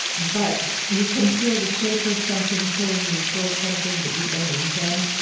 but you can feel the shape of something pulling you toward something that you don't intend,